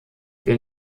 der